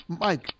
Mike